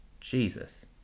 Jesus